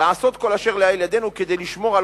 לעשות כל אשר לאל ידנו כדי לשמור על